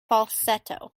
falsetto